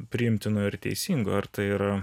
priimtino ir teisingo ar tai yra